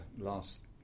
last